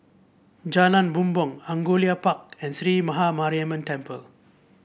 Jalan Bumbong Angullia Park and Sree Maha Mariamman Temple